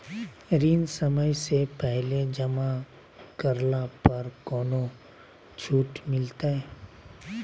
ऋण समय से पहले जमा करला पर कौनो छुट मिलतैय?